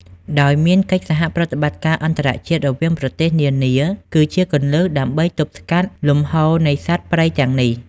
ដោយមានកិច្ចសហប្រតិបត្តិការអន្តរជាតិរវាងប្រទេសនានាគឺជាគន្លឹះដើម្បីទប់ស្កាត់លំហូរនៃសត្វព្រៃទាំងនេះ។